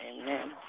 Amen